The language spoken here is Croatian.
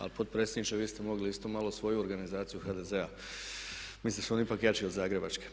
Ali potpredsjedniče vi ste mogli isto malo svoju organizaciju HDZ-a, mislim da su oni ipak jači od zagrebačke.